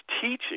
teaching